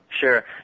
Sure